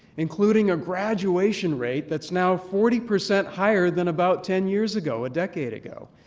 including a graduation rate that's now forty percent higher than about ten years ago, a decade ago,